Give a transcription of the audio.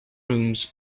rooms